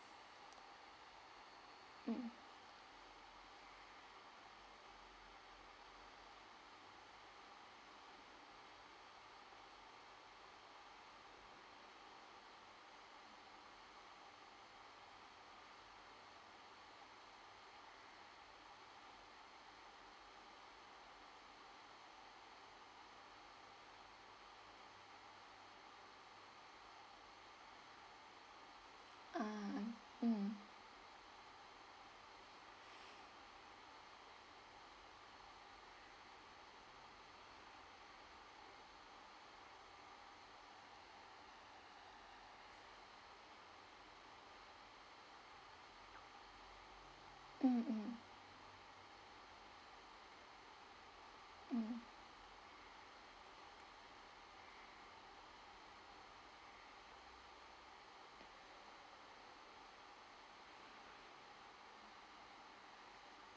mm uh mm mm mm mm